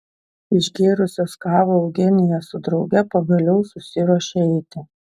išgėrusios kavą eugenija su drauge pagaliau susiruošė eiti